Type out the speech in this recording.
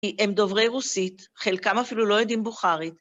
כי הם דוברי רוסית, חלקם אפילו לא יודעים בוכרית.